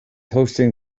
hosting